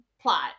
plot